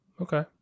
Okay